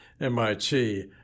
MIT